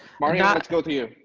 mahri ah let's go to you.